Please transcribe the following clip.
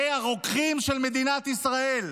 זה הרוקחים של מדינת ישראל,